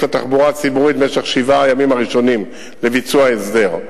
התחבורה הציבורית במשך שבעת הימים הראשונים לביצוע ההסדר.